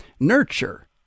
Nurture